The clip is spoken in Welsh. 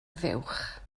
fuwch